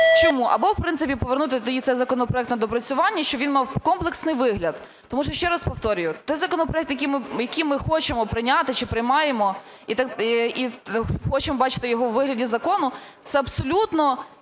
Чому? Або в принципі повернути тоді цей законопроект на доопрацювання, щоб він мав комплексний вигляд. Тому що ще раз повторюю, той законопроект, який ми хочемо прийняти чи приймаємо, і хочемо бачити його у вигляді закону, – це абсолютно